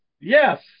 Yes